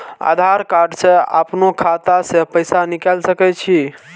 आधार कार्ड से अपनो खाता से पैसा निकाल सके छी?